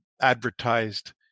advertised